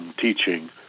teaching